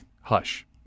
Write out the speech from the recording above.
hush